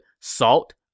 salt